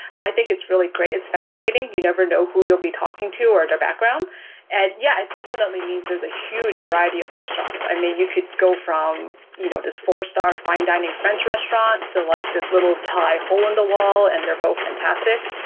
i think it's really great. it's fascinating. you never know who you'll be talking to or their background and, yeah, it definitely means there's a huge variety of restaurants. i mean, you could go from, you know, there's four star fine dining french restaurant to like this little thai hole in the wall and they're both fantastic.